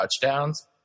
touchdowns